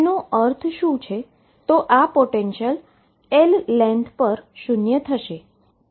તેનો અર્થ શું છે તો આ પોટેંશિયલ L લેન્થ પર શુન્ય થશે